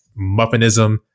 muffinism